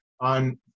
on